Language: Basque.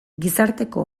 gizarteko